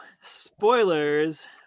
spoilers